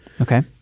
Okay